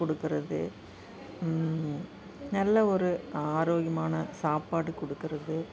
கொடுக்குறது நல்ல ஒரு ஆரோக்கியமான சாப்பாடு கொடுக்குறது